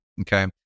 okay